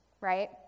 Right